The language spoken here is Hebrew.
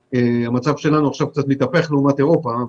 שהמצב שלנו עכשיו קצת מתהפך לעומת אירופה,